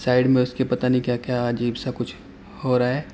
side میں اس کے پتا نہیں کیا کیا عجیب سا کچھ ہو رہا ہے